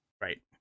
right